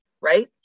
right